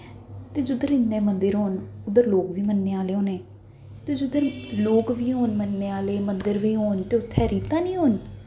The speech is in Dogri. ते जिद्धर इन्ने मन्दिर होन उद्धर लोग बी मनने आह्ले होने ते जिद्धर लोग बी होन मनने आह्ले ते मन्दर होन होन ते उत्थें रीतां निं होन